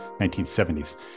1970s